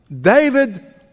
David